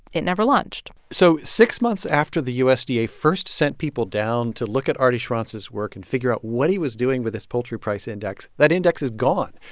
it never launched so six months after the usda first sent people down to look at arty schronce's work and figure out what he was doing with this poultry price index, that index is gone.